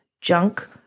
junk